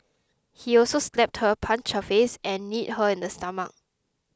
he also slapped her punched her face and kneed her in the stomach